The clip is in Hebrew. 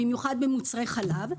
במיוחד במוצרי חלב,